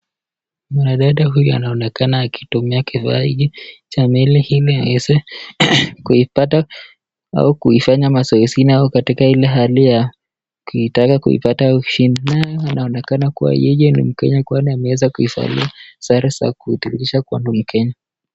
Mwanadada huyu anaonekana akitumia kifaa hiki cha meli ili aweze kuipata au kuifanya mazoezi au katika ile hali ya kuitaka kuipata ushindi, naye anaonekana kuwa yeye ni mkenya kwani ameweza kuivalia sare za kuhudumisha kuwa ni mkenya.